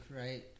right